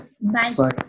Bye